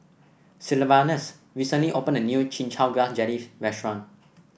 Sylvanus recently opened a new Chin Chow Grass Jelly restaurant